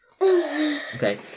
Okay